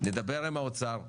נדבר עם האוצר,